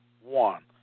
One